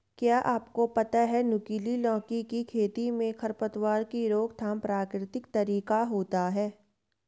क्या आपको पता है नुकीली लौकी की खेती में खरपतवार की रोकथाम प्रकृतिक तरीके होता है?